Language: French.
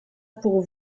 pour